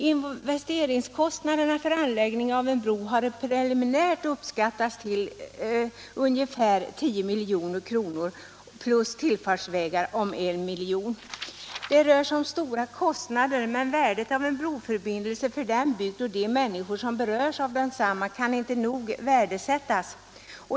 Investeringskostnaderna för anläggning av en bro har preliminärt uppskattats till 10 milj.kr. plus tillfartsvägar om 1 milj.kr. Det rör sig här om stora kostnader, men värdet av en broförbindelse för den bygd och de människor som berörs av densamma kan inte nog betonas.